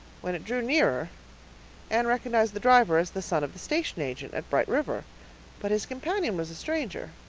when it drew near anne recognized the driver as the son of the station agent at bright river but his companion was a stranger.